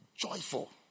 joyful